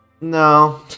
No